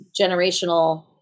generational